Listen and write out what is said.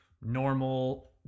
normal